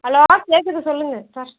hello கேட்குது சொல்லுங்கள் sir